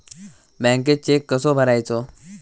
बँकेत चेक कसो भरायचो?